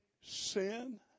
sin